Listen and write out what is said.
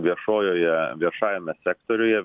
viešojoje viešajame sektoriuje